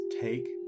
take